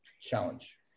challenge